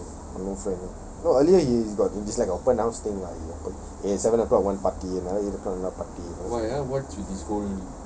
no friend only normal friend no earlier he's got it's like open house thing lah eh seven o'clock want party another eight o'clock party